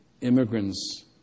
immigrants